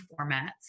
formats